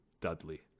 dudley